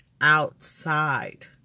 outside